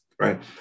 right